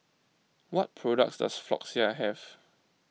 what products does Floxia have